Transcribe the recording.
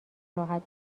راحت